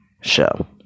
show